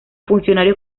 funcionarios